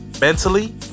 mentally